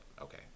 okay